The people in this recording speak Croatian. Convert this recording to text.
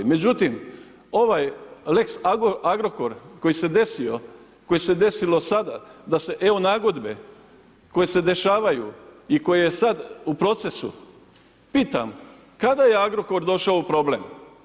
Međutim, ovaj lex-Agrokor koji se desio, koji se desilo sada da se evo nagodbe koje se dešavaju i koje sad u procesu, pitam, kada je Agrokor došao u problem?